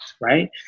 Right